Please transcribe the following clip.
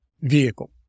vehicle